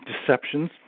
deceptions